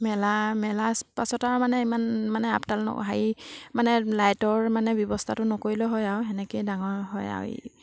মেলা মেলাৰ পাছত আৰু মানে ইমান মানে আপডাল হেৰি মানে লাইটৰ মানে ব্যৱস্থাটো নকৰিলেও হয় আৰু সেনেকৈয়ে ডাঙৰ হয় আৰু